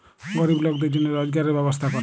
গরিব লকদের জনহে রজগারের ব্যবস্থা ক্যরে